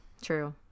True